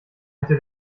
hätte